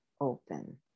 open